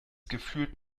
gefühlt